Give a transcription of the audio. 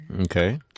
Okay